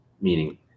meaning